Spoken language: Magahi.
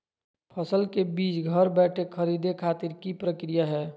फसल के बीज घर बैठे खरीदे खातिर की प्रक्रिया हय?